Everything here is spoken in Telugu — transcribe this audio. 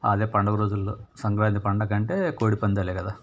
అదే పండగ రోజుల్లో సంక్రాంతి పండక్కి అంటే కోడిపందాలే కదా